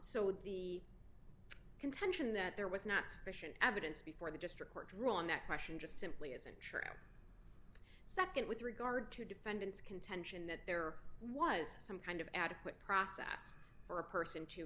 so the contention that there was not sufficient evidence before the district court rule on that question just simply isn't true nd with regard to defendant's contention that there was some kind of adequate process for a person to